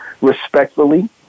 respectfully